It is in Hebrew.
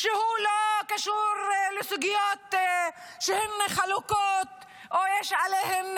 שהוא לא קשור לסוגיות שבמחלוקת או שיש עליהן,